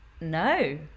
no